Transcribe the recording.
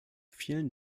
vielen